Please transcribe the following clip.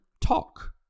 talk